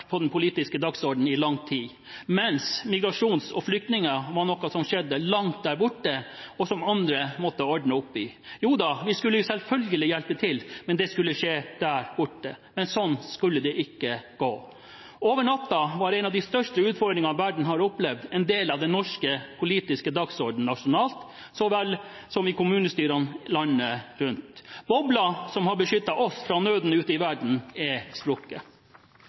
på den politiske dagsordenen i lang tid, mens migrasjon og flyktninger var noe som skjedde langt der borte, og som andre måtte ordne opp i. Jo da, vi skulle selvfølgelig hjelpe til, men det skulle skje der borte. Sånn skulle det ikke gå. Over natten var en av de største utfordringene verden har opplevd, en del av den norske politiske dagsordenen nasjonalt så vel som i kommunestyrene landet rundt. Boblen som har beskyttet oss fra nøden ute i verden, har sprukket.